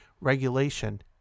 regulation